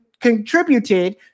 contributed